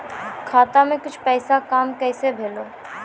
खाता के कुछ पैसा काम कैसा भेलौ?